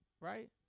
right